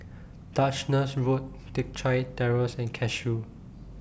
Duchess Road Teck Chye Terrace and Cashew